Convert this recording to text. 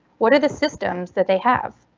what are the systems that they have?